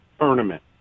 tournament